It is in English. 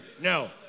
No